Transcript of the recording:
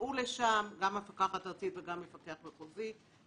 נסעו לשם, גם מפקחת ארצית וגם מפקח מחוזי.